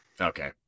Okay